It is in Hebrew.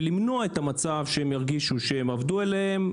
למנוע את המצב שהם ירגישו שעובדים עליהם?